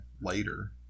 later